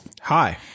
Hi